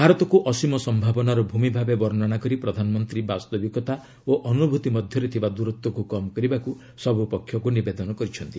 ଭାରତକୁ ଅସୀମ ସମ୍ଭାବନାର ଭୂମି ଭାବେ ବର୍ଷନା କରି ପ୍ରଧାନମନ୍ତ୍ରୀ ବାସ୍ତବିକତା ଓ ଅନୁଭୂତି ମଧ୍ୟରେ ଥିବା ଦୂରତ୍ୱକୁ କମ୍ କରିବାକୁ ସବୁ ପକ୍ଷକୁ ନିବେଦନ କରିଛନ୍ତି